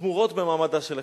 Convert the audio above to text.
תמורות במעמדה של הכנסת.